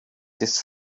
this